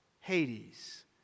Hades